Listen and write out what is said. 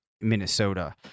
Minnesota